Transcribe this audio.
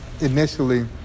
initially